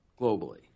globally